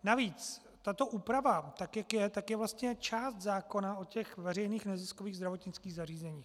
Navíc tato úprava, tak jak je, je vlastně část zákona o veřejných neziskových zdravotnických zařízeních.